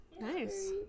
nice